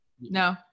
no